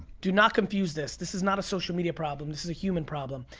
do not confuse this. this is not a social media problem. this is a human problem.